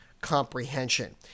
comprehension